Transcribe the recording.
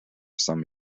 some